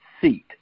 seat